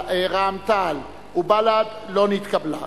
רע"ם-תע"ל ובל"ד לא נתקבלה.